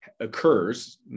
occurs